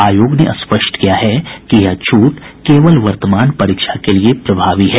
आयोग ने स्पष्ट किया है कि यह छूट केवल वर्तमान परीक्षा के लिए प्रभावी है